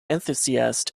enthusiast